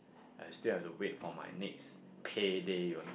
Istill have to wait for my next payday you know